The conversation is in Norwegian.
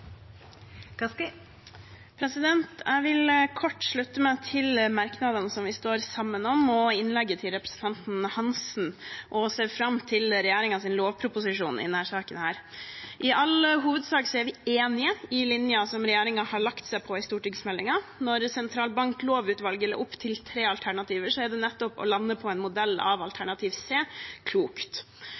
merknadene vi står sammen om, og innlegget til representanten Hansen, og jeg ser fram til regjeringens lovproposisjon i denne saken. I all hovedsak er vi enig i linjen regjeringen har lagt seg på i stortingsmeldingen. Når sentralbanklovutvalget la opp til tre alternativer, er nettopp å lande på en modell av alternativ C klokt.